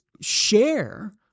share